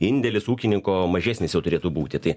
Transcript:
indėlis ūkininko mažesnis jau turėtų būti tai